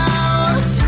out